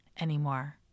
anymore